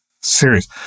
serious